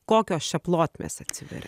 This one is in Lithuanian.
kokios čia plotmės atsiveria